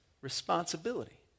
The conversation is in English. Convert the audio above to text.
responsibility